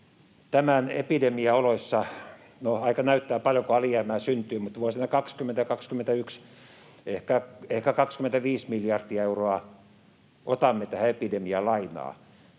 tämän epidemian oloissa — no, aika näyttää, paljonko alijäämää syntyy — vuosina 20 ja 21 ehkä 25 miljardia euroa tähän epidemiaan lainaa.